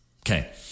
okay